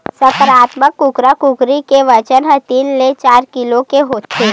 संकरामक कुकरा कुकरी के बजन ह तीन ले चार किलो के होथे